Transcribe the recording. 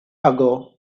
ago